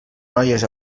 noies